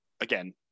again